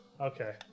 Okay